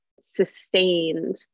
sustained